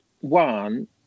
one